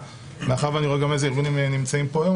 מאחר שאני רואה איזה ארגונים פה נמצאים היום,